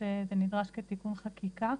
זה נדרש כתיקון חקיקה?